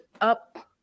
up